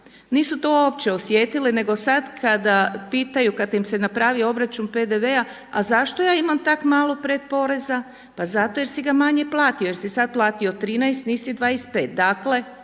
nisu to uopće osjetili nego sada kada pitaju kada im se napravi obračun PDV-a, a zašto ja imam tak malo predporeza. Pa zato jer si ga manje plati, jer si sada platio 13 nisi 25, dakle